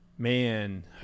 Man